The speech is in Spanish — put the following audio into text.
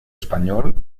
español